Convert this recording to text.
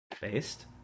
based